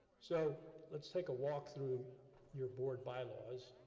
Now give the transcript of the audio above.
so, let's take a walk through your board bylaws.